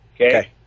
okay